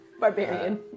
Barbarian